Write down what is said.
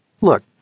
Look